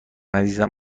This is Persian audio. عزیزم